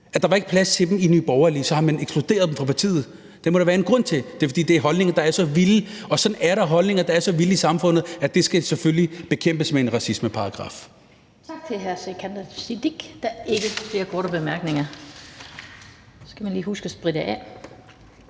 der var ikke plads til dem i Nye Borgerlige, og så har man ekskluderet dem fra partiet. Det må der være en grund til, og det er, at det er holdninger, der er så vilde. Og holdninger, der er så vilde, er der nogle af i samfundet, og det skal selvfølgelig bekæmpes med en racismeparagraf.